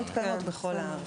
--- שהופעות מתקיימות בכל הארץ.